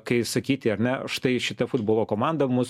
kai sakyti ar ne štai šita futbolo komanda mus